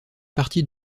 partie